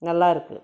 நல்லா இருக்குது